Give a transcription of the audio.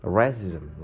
racism